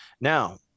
Now